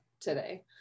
today